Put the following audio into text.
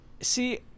See